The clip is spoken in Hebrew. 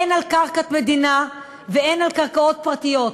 הן על קרקעות מדינה והן על קרקעות פרטיות,